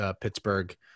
Pittsburgh